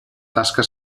tasca